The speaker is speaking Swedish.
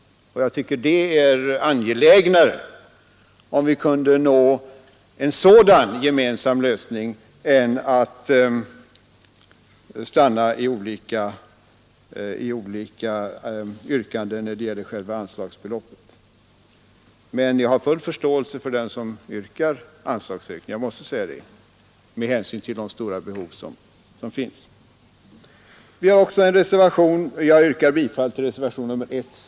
Jag tycker det är mera angeläget att nå en sådan gemensam lösning än att stanna i olika yrkanden i vad gäller själva anslagsbeloppet. Men med hänsyn till de stora behov som föreligger har jag full förståelse för den som yrkar på anslagsökningar. Herr talman! Jag yrkar bifall till reservationen 1 c.